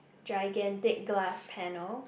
gigantic glass panel